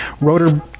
rotor